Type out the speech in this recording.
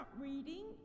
reading